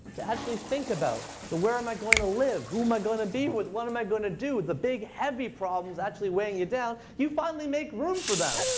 to actually think about the where am i going to live? who am i going to be with? what am i going to do? the big heavy problems actually weighing you down you finally make room for them.